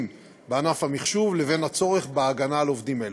של ענף המחשוב לבין הצורך בהגנה על עובדים אלו.